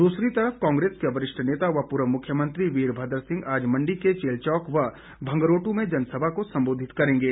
दूसरी तरफ कांग्रेस के वरिष्ठ नेता व पूर्व मुख्यमंत्री वीरभद्र सिंह आज मंडी के चैलचोक व भंगरोटू में जनसभा को सम्बोधित करेंगे